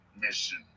mission